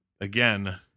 again